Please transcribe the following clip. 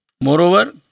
Moreover